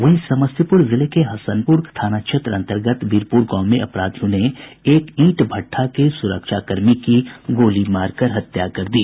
वहीं समस्तीपुर जिले के हसनपुर थाना क्षेत्र अंतर्गत वीरपुर गांव में अपराधियों ने एक ईंट भट्ठा के सुरक्षा कर्मी की गोली मारकर हत्या कर दी